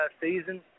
season